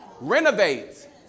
renovate